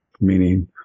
meaning